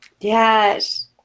Yes